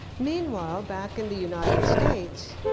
meanwhile, back in the united states,